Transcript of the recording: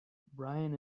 brian